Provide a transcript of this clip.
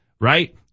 right